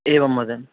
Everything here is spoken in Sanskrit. एवं महोदय